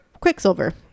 quicksilver